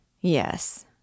Yes